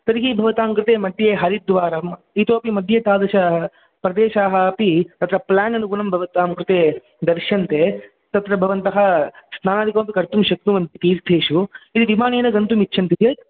तर्हि भवतां कृते मध्ये हरिद्वारम् इतोपि मध्ये तादृशप्रदेशाः अपि तत्र प्लेन् अनुगुणं भवतां कृते दर्श्यन्ते तत्र भवन्तः स्नानादिकमपि कर्तुं शक्नुवन्ति तीर्थेषु यदि विमानेन गन्तुमिच्छन्ति चेत्